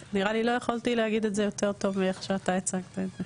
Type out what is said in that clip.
נראה לי שלא יכולתי להגיד את זה יותר טוב מאיך שאתה הצגת את זה.